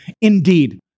indeed